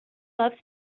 loves